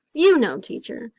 you know, teacher.